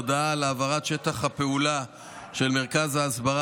הודעה על העברת שטח הפעולה של מרכז ההסברה